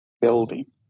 building